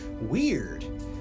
weird